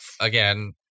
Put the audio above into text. again